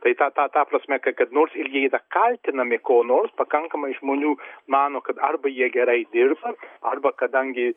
tai ta ta ta prasme kad kad nors ir jie yra kaltinami kuo nors pakankamai žmonių mano kad arba jie gerai dirba arba kadangi